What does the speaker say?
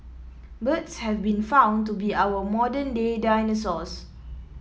birds have been found to be our modern day dinosaurs